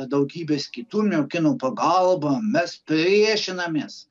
daugybės kitų miokinų pagalba mes priešinamės